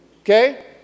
okay